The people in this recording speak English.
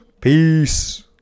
Peace